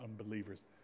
unbelievers